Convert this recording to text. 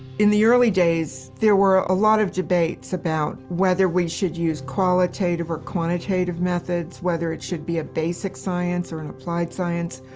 in the early days there were a lot of debates about whether we should use qualitative or quantitative methods, whether it should be a basic science or an applied science,